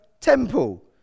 temple